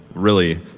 really,